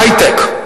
היי-טק,